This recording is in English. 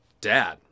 dad